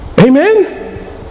Amen